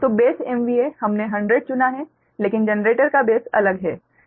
तो base MVA हमने 100 चुना है लेकिन जनरेटर का बेस अलग है